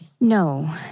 No